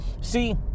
See